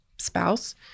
Spouse